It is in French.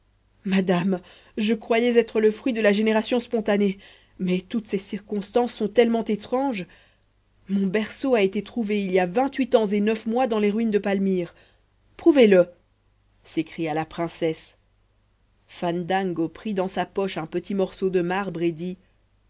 madame je croyais être le fruit de la génération spontanée mais toutes ces circonstances sont tellement étranges mon berceau a été trouvé il y a vingt-huit ans et neuf mois dans les ruines de palmyre prouvez-le s'écria la princesse fandango prit dans sa poche un petit morceau de marbre et dit